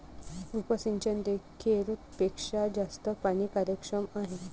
उपसिंचन देखील पेक्षा जास्त पाणी कार्यक्षम आहे